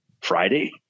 Friday